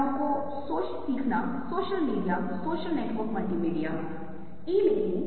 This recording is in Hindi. क्योंकि प्रयोग बहुत ही रोचक हैं और आप फिर से वेब पर उसे देख सकते हैं